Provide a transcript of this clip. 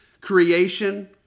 creation